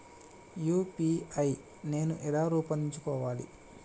UPI నేను ఎలా రూపొందించుకోవాలి?